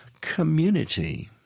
community